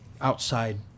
outside